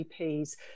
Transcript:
GPs